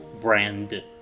brand